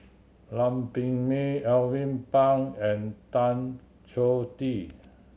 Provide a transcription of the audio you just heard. Lam Pin Min Alvin Pang and Tan Choh Tee